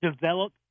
develop